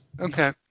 Okay